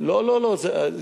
למה אין